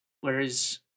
whereas